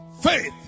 Faith